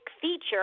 feature